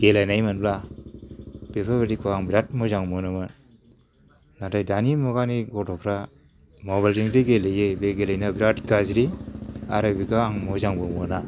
गेलेनायमोनब्ला बेफोरबायदिखौ आं बिराथ मोजां मोनोमोन नाथाय दानि मुगानि गथ'फ्रा मबेलजोंदि गेलेयो बे गेलेनाायाव बिराथ गाज्रि आरो बेखौ आं मोजांबो मोना